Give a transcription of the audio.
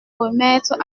remettre